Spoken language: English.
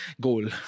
goal